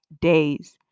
days